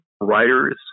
writers